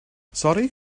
sori